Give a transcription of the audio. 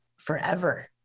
forever